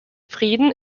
frieden